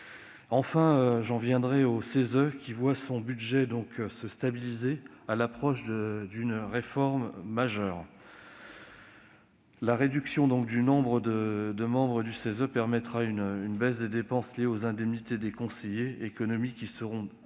Concernant le CESE, son budget se stabilise à l'approche d'une réforme majeure. La réduction du nombre de membres du CESE permettra une baisse des dépenses liées aux indemnités des conseillers économiques permettant de